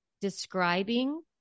describing